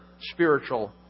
spiritual